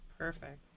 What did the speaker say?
Perfect